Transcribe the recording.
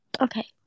okay